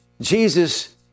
Jesus